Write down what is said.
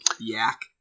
yak